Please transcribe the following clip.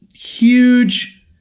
huge